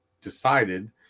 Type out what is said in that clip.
decided